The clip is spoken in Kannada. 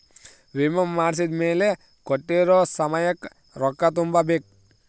ವಿಮೆ ಮಾಡ್ಸಿದ್ಮೆಲೆ ಕೋಟ್ಟಿರೊ ಸಮಯಕ್ ರೊಕ್ಕ ತುಂಬ ಬೇಕ್